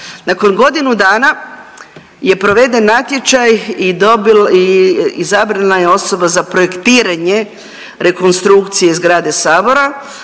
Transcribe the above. Nakon godinu dana je proveden natječaj i .../nerazumljivo/... i izabrana je osoba za projektiranje rekonstrukcije zgrade Sabora.